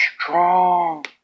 strong